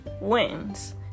wins